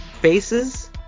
faces